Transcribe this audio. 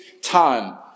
time